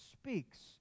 speaks